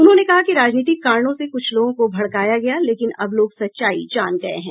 उन्होंने कहा कि राजनीतिक कारणों से कुछ लोगों को भड़काया गया लेकिन अब लोग सच्चाई जान गए हैं